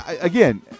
again